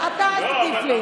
אתה אל תטיף לי.